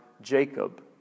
Jacob